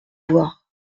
voir